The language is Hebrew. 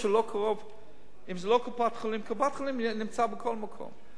קופת-חולים נמצאת בכל מקום.